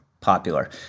popular